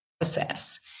process